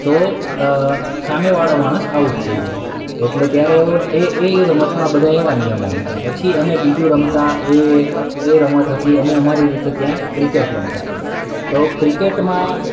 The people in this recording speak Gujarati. તો સામેવાળો માણસ આઉટ થઈ જાય એટલે ત્યારે એ એ રમતમાં એવા બધા નિયમો હતો પછી અમે બીજું રમતા એ એ રમત હતી અમે અમારા રીતે ત્યાં ક્રિકેટ રમતા તો ક્રિકેટમાં